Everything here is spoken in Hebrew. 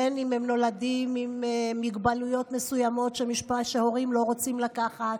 בין שנולדים עם מוגבלויות מסוימות וההורים לא רוצים לקחת,